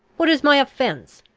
what is my offence?